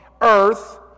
earth